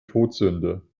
todsünde